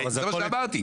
זה מה שאמרתי.